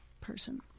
person